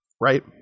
right